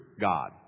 God